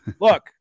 Look